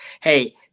Hey